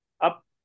up